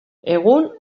egun